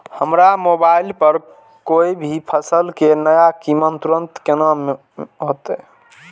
हमरा मोबाइल पर कोई भी फसल के नया कीमत तुरंत केना मालूम होते?